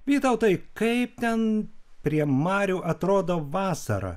vytautai kaip ten prie marių atrodo vasara